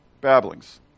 Babblings